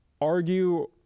Argue